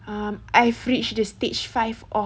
um I've reached the stage five of